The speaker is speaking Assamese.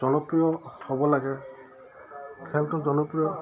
জনপ্ৰিয় হ'ব লাগে খেলটো জনপ্ৰিয়